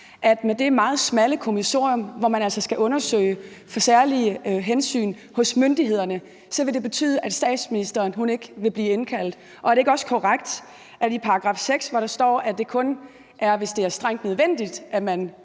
at med det meget smalle kommissorium, hvor man altså skal undersøge særlige hensyn hos myndighederne, vil det betyde, at statsministeren ikke vil blive indkaldt? Og er det ikke også korrekt, at der i § 6 står, at det kun er, hvis det er strengt nødvendigt, at man